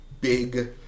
big